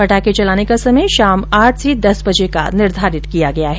पटाखे चलाने का समय शाम आठ से दस बजे का निर्धारित किया गया है